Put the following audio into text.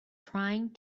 trying